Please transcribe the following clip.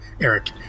Eric